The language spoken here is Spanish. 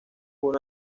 uno